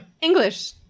English